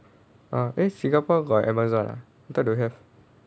uh eh singapore got Amazon ah I thought donn't have